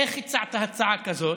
איך הצעת הצעה כזאת?